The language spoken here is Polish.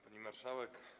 Pani Marszałek!